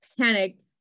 panicked